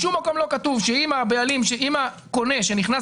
בשום מקום לא כתוב שאם הקונה שנכנס